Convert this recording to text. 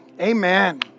Amen